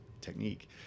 technique